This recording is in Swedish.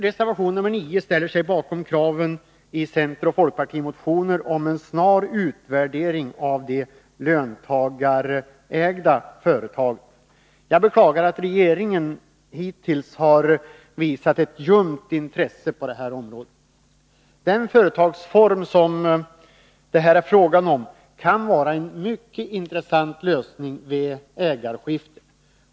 Reservation 9 ställer sig bakom krav i centeroch folkpartimotioner om en snar utvärdering av de löntagarägda företagen. Jag beklagar att regeringen hittills har visat ett ljumt intresse på det här området. Den företagsform som det här är fråga om kan vara en mycket intressant lösning vid ägarskifte.